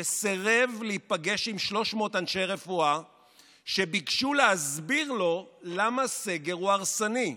שסירב להיפגש עם 300 אנשי רפואה שביקשו להסביר לו למה סגר הרסני.